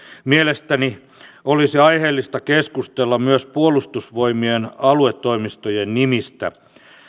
mielestäni olisi aiheellista keskustella myös puolustusvoimien aluetoimistojen nimistä